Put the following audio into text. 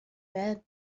bed